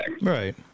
Right